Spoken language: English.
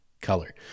color